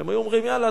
הם היו אומרים: יאללה,